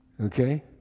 Okay